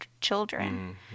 children